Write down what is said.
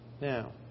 now